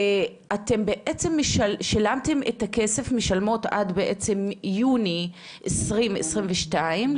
אתם בעצם משלמים עד יוני 2022,